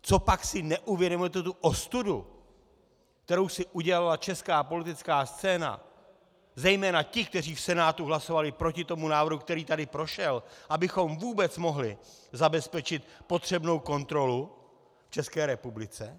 Copak si neuvědomujete tu ostudu, kterou si udělala česká politická scéna, zejména ti, kteří v Senátu hlasovali proti tomu návrhu, který tady prošel, abychom vůbec mohli zabezpečit potřebnou kontrolu v České republice?